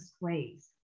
ways